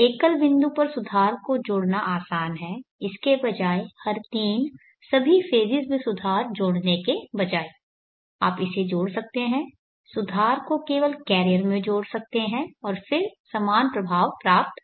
एकल बिंदु पर सुधार को जोड़ना आसान है इसके बजाय हर तीन सभी फेज़ेस में सुधार जोड़ने के बजाय आप इसे जोड़ सकते हैं सुधार को केवल कैरियर में जोड़ सकते हैं और फिर समान प्रभाव प्राप्त कर सकते हैं